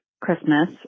Christmas